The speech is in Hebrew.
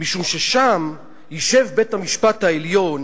משום ששם יישב בית-המשפט העליון